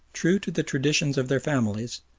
true to the traditions of their families,